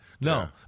No